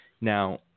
Now